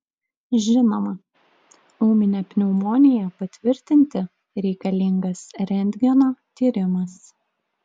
žinoma ūminę pneumoniją patvirtinti reikalingas rentgeno tyrimas